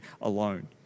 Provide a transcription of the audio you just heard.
alone